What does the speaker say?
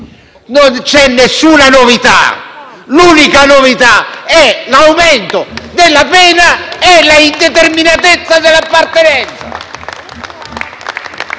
non c'è alcuna novità, se non l'aumento della pena e l'indeterminatezza dell'appartenenza.